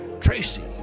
tracy